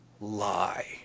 lie